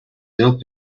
dill